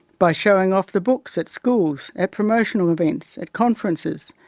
by showing off the books at schools, at promotional events, at conferences,